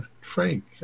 Frank